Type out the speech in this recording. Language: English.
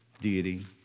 deity